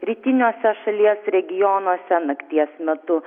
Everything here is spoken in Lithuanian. rytiniuose šalies regionuose nakties metu